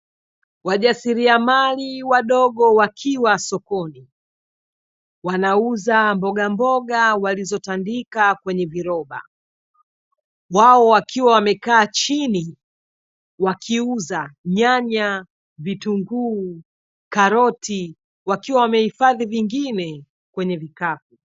Wajasiriamali wadogo wakiwa sokoni wanauza mbogamboga walizotandika kwenye viroba, wao wakiwa wamekaa chini wakiuza nyanya, vitunguu, karoti, wakiwa wamehifadhi nyingine kwenye vikapu.